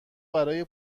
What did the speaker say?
برای